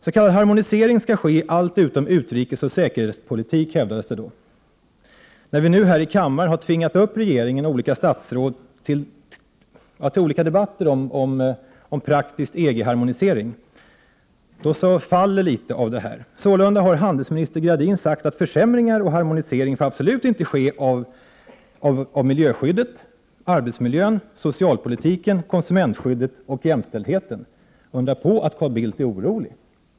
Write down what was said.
S.k. harmonisering skall ske beträffande allt utom utrikesoch säkerhetspolitik, hävdades det då. När vi nu här i kammaren har tvingat upp regeringen och dess olika statsråd i talarstolen vid olika debatter om praktisk EG-harmonisering faller en del av dessa påståenden. Sålunda har handelsminister Gradin sagt att försämringar till följd av harmoniseringsarbetet inte får ske beträffande miljöskyddet, arbetsmiljön, socialpolitiken, konsumentskyddet och jämställdheten. Undra på att Carl Bildt är orolig!